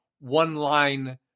one-line